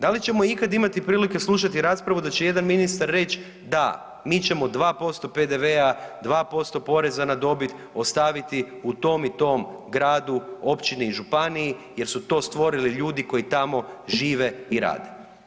Da li ćemo ikada imati prilike slušati raspravu da će jedan ministar reć, da mi ćemo 2% PDV-a, 2% poreza na dobit ostaviti u tom i tom gradu, općini, županiji jer su to stvorili ljudi koji tamo žive i rade.